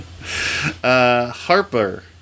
harper